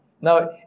now